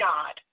God